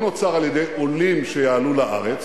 הפער לא נוצר על-ידי עולים שיעלו לארץ